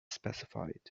specified